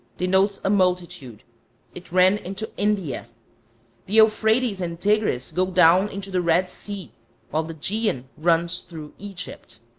denotes a multitude it ran into india the euphrates and tigris go down into the red sea while the geon runs through egypt.